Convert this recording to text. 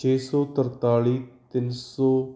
ਛੇ ਸੌ ਤਰਤਾਲੀ ਤਿੰਨ ਸੌ